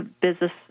business